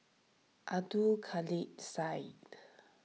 Abdul Kadir Syed